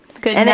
good